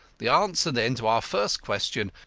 the answer, then, to our first question,